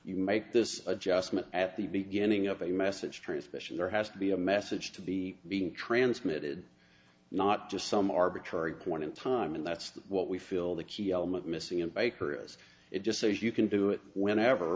you make this adjustment at the beginning of a message transmission there has to be a message to the being transmitted not just some arbitrary point in time and that's what we feel the key element missing in baker is it just says you can do it when ever